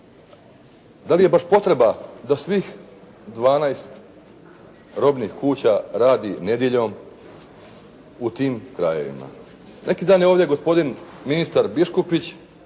Da li je baš potreba da svih 12 robnih kuća radi nedjeljom u tim krajevima. Neki dan je ovdje gospodin ministar Biškupić